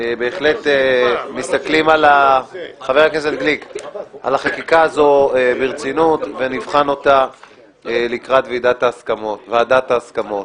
מסתכלים על החקיקה הזו ברצינות ונבחן אותה לקראת ועדת ההסכמות.